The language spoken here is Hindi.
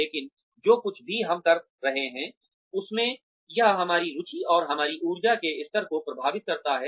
लेकिन जो कुछ भी हम कर रहे हैं उसमें यह हमारी रुचि और हमारी ऊर्जा के स्तर को प्रभावित करता है